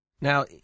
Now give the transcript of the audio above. Now